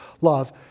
love